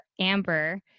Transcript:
Amber